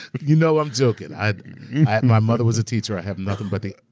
you know i'm joking, my mother was a teacher, i have nothing but the